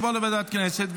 תעבור לוועדת הכנסת,